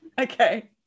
okay